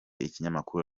ikinyamakuru